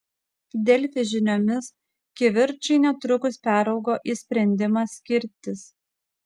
delfi žiniomis kivirčai netrukus peraugo į sprendimą skirtis